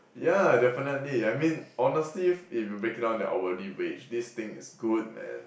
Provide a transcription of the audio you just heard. yeah definitely I mean honestly if if you break it down to hourly wage this thing is good man